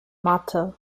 matte